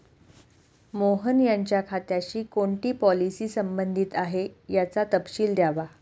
मोहन यांच्या खात्याशी कोणती पॉलिसी संबंधित आहे, याचा तपशील द्यावा